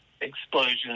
explosion